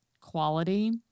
quality